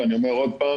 אני אומר עוד פעם